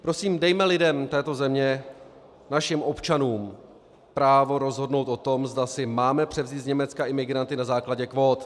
Prosím, dejme lidem této země, našim občanům, právo rozhodnout o tom, zda si máme převzít z Německa imigranty na základě kvót.